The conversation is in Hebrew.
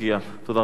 תודה רבה.